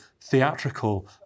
theatrical